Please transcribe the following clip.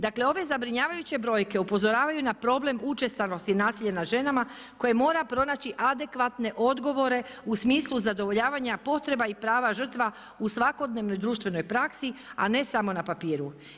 Dakle, ove zabrinjavajuće brojke upozoravaju na problem učestalosti nasilje nad ženama koje mora pronaći adekvatne odgovore u smislu zadovoljavanja potreba i prava žrtva u svakodnevnoj društvenoj praksi a ne samo na papiru.